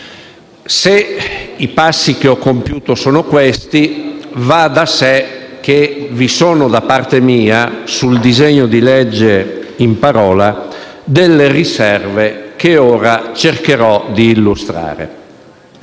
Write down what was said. Se i passi che ho compiuto sono questi, va da sé che vi sono, da parte mia, sul disegno di legge in parola, delle riserve che ora cercherò di illustrare.